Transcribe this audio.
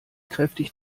kräftig